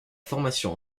formation